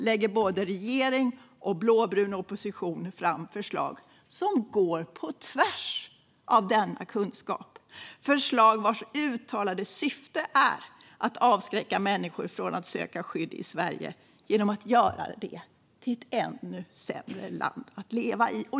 lägger både regeringen och den blåbruna oppositionen fram förslag som går på tvärs mot denna kunskap. De lägger fram förslag vars uttalade syfte är att avskräcka människor från att söka skydd i Sverige genom att man gör det till ett ännu sämre land att leva i.